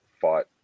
fought